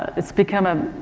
it's become a,